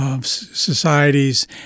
societies